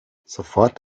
sofort